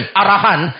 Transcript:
arahan